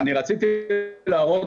רציתי להראות